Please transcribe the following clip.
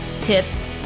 tips